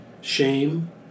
shame